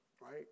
right